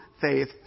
faith